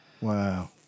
wow